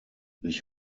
ich